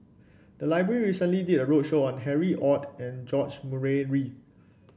the library recently did a roadshow on Harry Ord and George Murray Reith